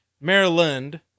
Maryland